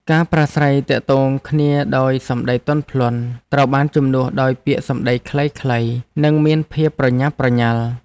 ការប្រាស្រ័យទាក់ទងគ្នាដោយសម្តីទន់ភ្លន់ត្រូវបានជំនួសដោយពាក្យសម្តីខ្លីៗ និងមានភាពប្រញាប់ប្រញាល់។